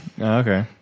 Okay